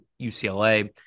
UCLA